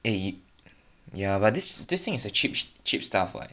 eh ya but this this thing is the cheap cheap stuff [what]